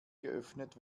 geöffnet